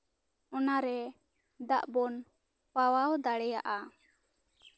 ᱚᱱᱟᱨᱮ ᱫᱟᱜ ᱵᱚᱱ ᱯᱟᱣᱟᱣ ᱫᱟᱲᱮᱭᱟᱜᱼᱟ